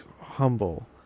humble